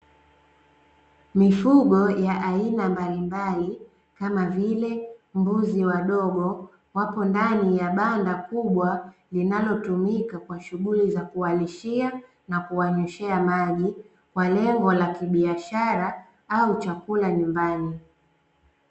Mifugo ya aina mbalimbali kama vile mbuzi wadogo wapo ndani ya banda kubwa linalotumika kwa shughuli za kuwalishia na kuwanyoshea maji kwa lengo la kibiashara au chakula nyumbani.